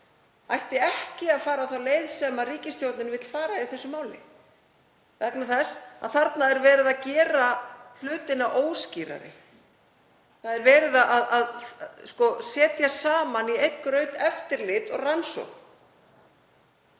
ætti ekki að fara þá leið sem ríkisstjórnin vill fara í þessu máli. Þarna er verið að gera hlutina óskýrari. Verið er að setja saman í einn graut eftirlit og rannsókn.